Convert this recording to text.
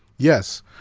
yes.